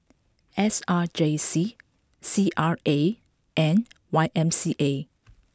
S R J C C R A and Y M C A